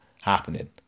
happening